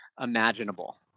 imaginable